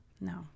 No